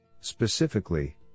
Specifically